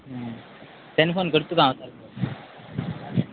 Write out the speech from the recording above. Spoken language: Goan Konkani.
तेन्ना फोन करत तुका हांव परतो